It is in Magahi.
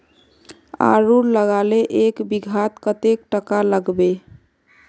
आलूर लगाले एक बिघात कतेक टका लागबे?